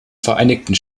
vereinigten